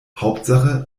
hauptsache